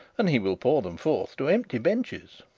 and he will pour them forth to empty benches.